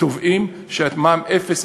תובעים שאת מע"מ אפס,